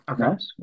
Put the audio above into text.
Okay